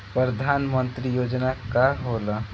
परधान मंतरी योजना का होला?